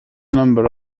number